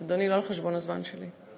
אדוני, לא על חשבון הזמן שלי.